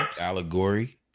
allegory